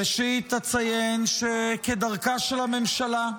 ראשית, אציין שכדרכה של הממשלה,